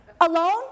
alone